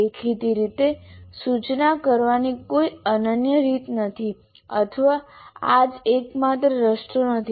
દેખીતી રીતે સુચના કરવાની કોઈ અનન્ય રીત નથી અથવા આજ એકમાત્ર રસ્તો નથી